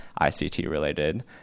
ICT-related